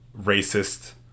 racist